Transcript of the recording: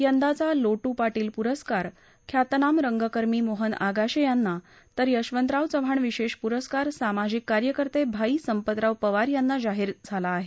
यंदाचा लोट्ट पाटील पुरस्कार ख्यातनाम रंगकर्मी मोहन आगाशे यांना तर यशवंतराव चव्हाण विशेष पुरस्कार सामाजिक कार्यकर्ते भाई संपतराव पवार यांना जाहीर झाला आहे